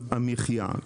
המחיה.